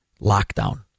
lockdown